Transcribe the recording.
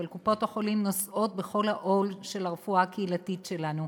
אבל קופות-החולים נושאות בכל העול של הרפואה הקהילתית שלנו,